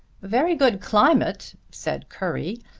very good climate, said currie.